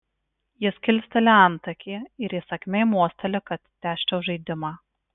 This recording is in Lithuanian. jis kilsteli antakį ir įsakmiai mosteli kad tęsčiau žaidimą